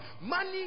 Money